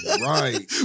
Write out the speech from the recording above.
Right